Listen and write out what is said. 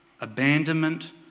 abandonment